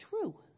true